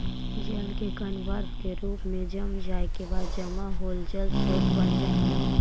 जल के कण बर्फ के रूप में जम जाए के बाद जमा होल जल स्रोत बन जा हई